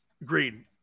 Agreed